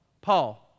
Paul